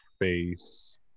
face